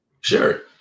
Sure